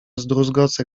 zdruzgoce